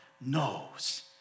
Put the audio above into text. knows